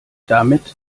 damit